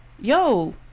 yo